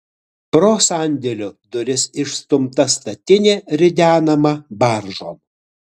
pro sandėlio duris išstumta statinė ridenama baržon